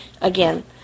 again